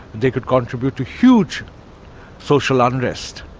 they could contribute to huge social unrest.